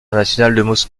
internationales